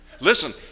Listen